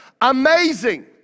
Amazing